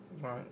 Right